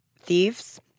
thieves